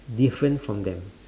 different from them